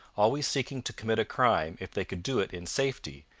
always seeking to commit a crime if they could do it in safety,